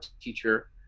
teacher